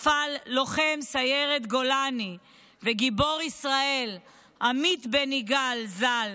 לוחם סיירת גולני וגיבור ישראל עמית בן יגאל ז"ל,